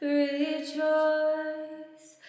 rejoice